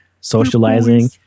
socializing